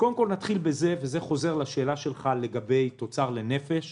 קודם כול, אני חוזר לשאלה שלך לגבי תוצר לנפש